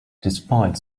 despite